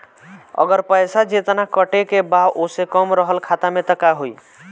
अगर पैसा जेतना कटे के बा ओसे कम रहल खाता मे त का होई?